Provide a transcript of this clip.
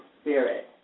spirit